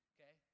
Okay